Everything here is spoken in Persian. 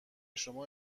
شما